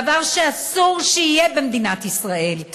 דבר שאסור שיהיה במדינת ישראל.